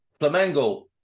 Flamengo